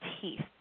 teeth